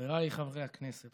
חבריי חברי הכנסת,